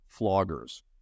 floggers